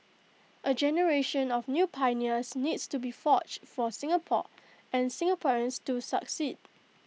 A generation of new pioneers needs to be forged for Singapore and Singaporeans to succeed